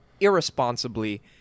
irresponsibly